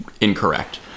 incorrect